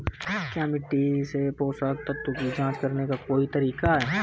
क्या मिट्टी से पोषक तत्व की जांच करने का कोई तरीका है?